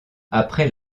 après